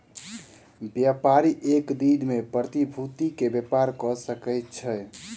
व्यापारी एक दिन में प्रतिभूति के व्यापार कय सकै छै